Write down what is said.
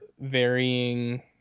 varying